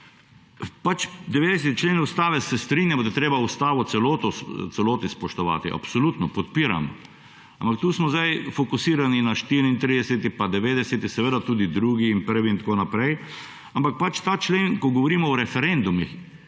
Pač 90. člen Ustave, se strinjamo, da je treba Ustavo v celoti spoštovati. Absolutno. Podpiram. Ampak tu smo sedaj fokusirani na 34. in 90. člen, seveda tudi 1. in 2. člen in tako naprej. Ampak ta člen ko govorimo o referendumih,